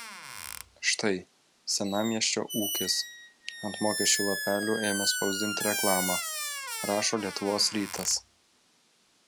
štai senamiesčio ūkis ant mokesčių lapelių ėmė spausdinti reklamą rašo lietuvos rytas